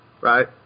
Right